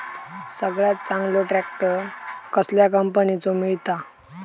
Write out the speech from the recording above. सगळ्यात चांगलो ट्रॅक्टर कसल्या कंपनीचो मिळता?